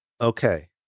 Okay